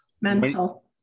mental